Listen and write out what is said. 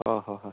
অঁ হয় হয়